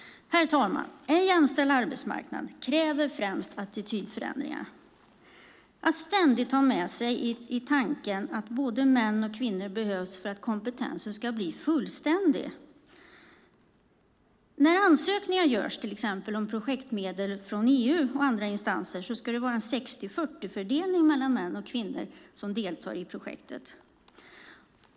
Herr talman! En jämställd arbetsmarknad kräver främst attitydförändringar, att ständigt ha med sig i tanken att både män och kvinnor behövs för att kompetensen ska bli fullständig. När ansökningar görs till exempel om projektmedel från EU och andra instanser ska det vara en 60-40-fördelning mellan män och kvinnor som deltar i projektet.